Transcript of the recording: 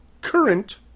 current